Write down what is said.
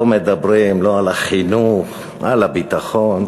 לא מדברים על החינוך, על הביטחון.